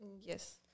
Yes